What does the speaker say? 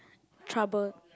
troubled